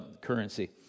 currency